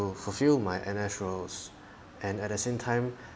fulfill my N_S roles and at the same time